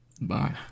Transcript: bye